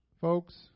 Folks